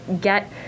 get